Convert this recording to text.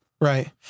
Right